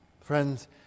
Friends